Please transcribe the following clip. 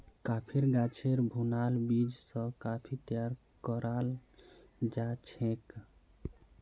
कॉफ़ीर गाछेर भुनाल बीज स कॉफ़ी तैयार कराल जाछेक